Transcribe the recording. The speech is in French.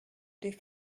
des